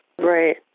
Right